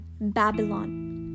Babylon